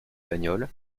bagnole